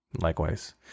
likewise